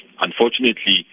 Unfortunately